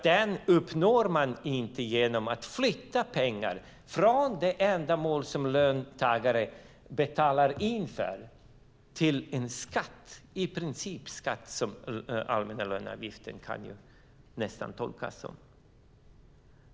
Den uppnås inte genom att pengar flyttas från det ändamål som löntagare betalar in för till en i princip skatt som löneavgiften nästan kan tolkas som.